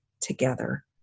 together